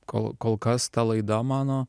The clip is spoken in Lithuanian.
kol kol kas ta laida mano